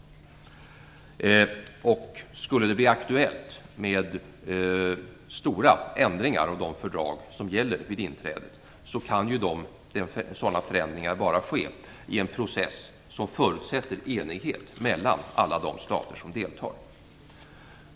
Skulle det bli aktuellt med stora ändringar i de fördrag som gäller vid inträdet, kan sådana förändringar bara ske i en process som förutsätter enighet mellan alla de stater som deltar.